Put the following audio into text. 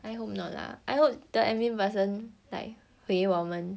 I hope not lah I hope the admin person like 回我们